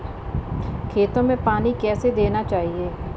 खेतों में पानी कैसे देना चाहिए?